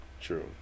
True